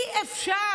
אי-אפשר,